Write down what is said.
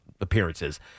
appearances